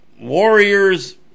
Warriors